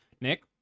Nick